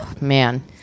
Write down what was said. man